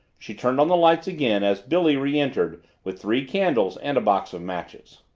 she turned on the lights again as billy re-entered with three candles and a box of matches.